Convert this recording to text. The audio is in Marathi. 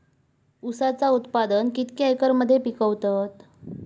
ऊसाचा उत्पादन कितक्या एकर मध्ये पिकवतत?